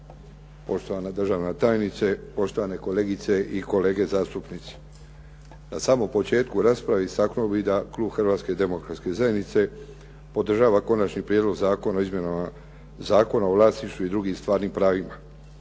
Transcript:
poštovana državna tajnice, poštovane kolegice i kolege zastupnici. Na samom početku rasprave istaknuo bih da klub Hrvatske demokratske zajednice podržava Konačni prijedlog zakona o izmjenama Zakona o vlasništvu i drugim stvarnim pravima.